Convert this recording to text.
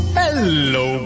hello